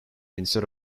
instead